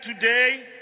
today